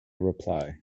reply